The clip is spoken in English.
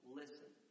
listen